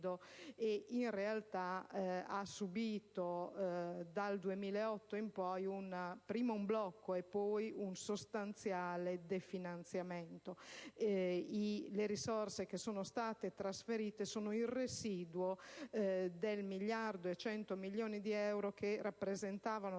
nido, che ha subito, dal 2008 in poi, prima un blocco e poi un sostanziale definanziamento. Le risorse che sono state trasferite sono il residuo di 1,1 miliardi di euro che rappresentava